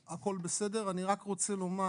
אני רק רוצה לומר